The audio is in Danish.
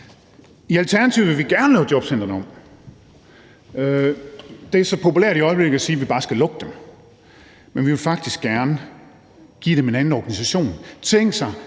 I Alternativet vil vi gerne lave jobcentrene om. Det er i øjeblikket så populært at sige, at vi bare skal lukke dem, men vi vil faktisk gerne give dem en anden organisationsform.